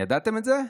ידעתם את זה?